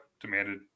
demanded